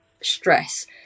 stress